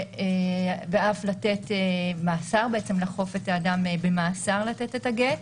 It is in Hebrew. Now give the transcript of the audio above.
ואף לתת מאסר לכוף את האדם במאסר לתת את הגט.